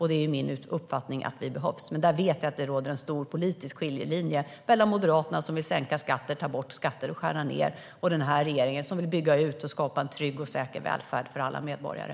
Det är min uppfattning att den behövs, men där vet jag att det går en stor politisk skiljelinje mellan Moderaterna, som vill sänka eller ta bort skatter och skära ned, och den här regeringen, som vill bygga ut och skapa en trygg och säker välfärd för alla medborgare.